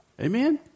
Amen